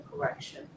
correction